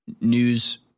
News